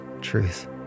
truth